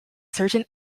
certain